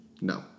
No